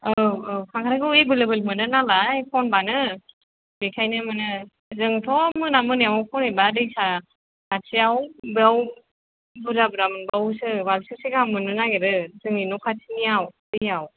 औ औ खांख्राइखौ एभैललेबोल मोनो नालाय खनबानो बेनिखायो मोनो जोंथ' मोना मोनायाव खनहैबा दैसा खाथियाव बेयाव बुरजा बुरजा मोनबावोसो बाल्थिंसे गाहाम मोननो नागिरो जोंनि न' खाथिनिआव दैआव